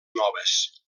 noves